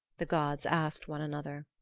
the gods asked one another.